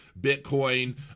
Bitcoin